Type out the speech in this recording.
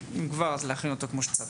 צריך להכין אותו כמו שצריך.